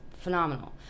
phenomenal